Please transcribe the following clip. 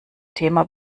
thema